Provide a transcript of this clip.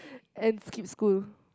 and skip school